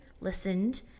listened